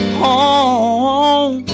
home